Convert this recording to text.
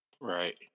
Right